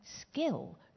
skill